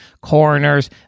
coroners